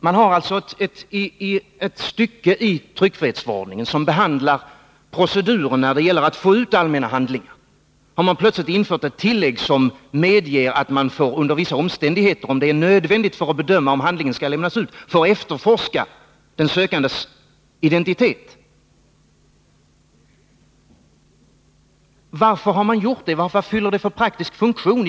Man har alltså i ett stycke i tryckfrihetsförordningen, som behandlar proceduren när det gäller att få ut allmänna handlingar, plötsligt infört ett tillägg som under vissa omständigheter, om det är nödvändigt för att bedöma om en handling skall lämnas ut, medger efterforskning beträffande den sökandes identitet. Varför har man gjort det? Vad fyller det för praktisk funktion?